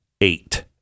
eight